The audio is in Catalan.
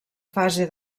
fase